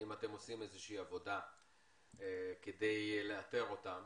האם אתם עושים איזושהי עבודה כדי לאתר אותם?